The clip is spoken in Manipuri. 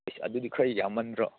ꯏꯁ ꯑꯗꯨꯗꯤ ꯈꯔ ꯌꯥꯝꯃꯟꯗ꯭ꯔꯣ